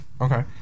Okay